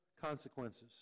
consequences